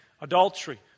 Adultery